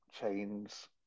chains